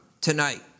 tonight